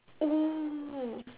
oh